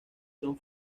son